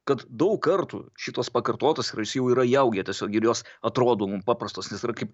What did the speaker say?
kad daug kartų šitos pakartotos yra jos jau yra įaugę tiesiog ir jos atrodo mum paprastos nes yra kaip